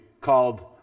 called